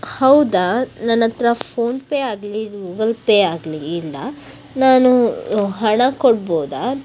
ಹೌದಾ ನನ್ನ ಹತ್ರ ಫೋನ್ಪೇ ಆಗಲಿ ಗೂಗಲ್ಪೇ ಆಗಲಿ ಇಲ್ಲ ನಾನು ಹಣ ಕೊಡ್ಬೋದಾ